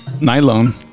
Nylon